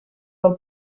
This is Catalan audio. del